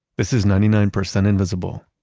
this is ninety nine percent invisible.